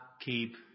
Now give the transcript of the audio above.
keep